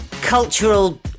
cultural